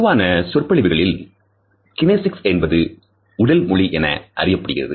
பொதுவான சொற்பொழிவுகளில் கினேசிக்ஸ் என்பது உடல் மொழி என அறியப்படுகிறது